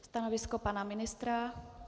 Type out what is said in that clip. Stanovisko pana ministra?